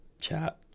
chat